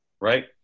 right